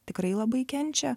tikrai labai kenčia